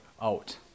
out